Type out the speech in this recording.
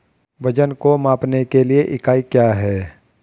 वजन को मापने के लिए इकाई क्या है?